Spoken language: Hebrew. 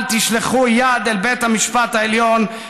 אל תשלחו יד אל בית המשפט העליון,